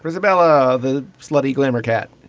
izabella the slutty glamour cat.